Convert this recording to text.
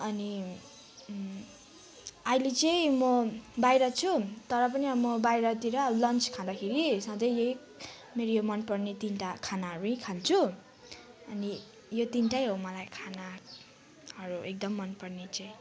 अनि अहिले चाहिँ म बाहिर छु तरपनि म बाहिरतिर अब लन्च खाँदाखेरि सधैँ यही मलाई यो मन पर्ने तिनवटा खानाहरू नै खान्छु अनि यो तिनवटै हो मलाई खानाहरू एकदम मन पर्ने चाहिँ